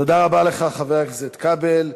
תודה רבה לך, חבר הכנסת כבל.